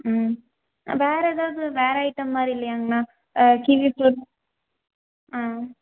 ம் வேறு ஏதாவது வேறு ஐட்டம் மாதிரி இல்லையாங்ண்ணா கிவி ஃபுரூட் ஆ